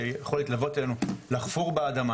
שיכול להתלוות אלינו לחפור באדמה,